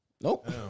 Nope